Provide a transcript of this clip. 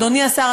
אדוני השר,